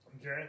Okay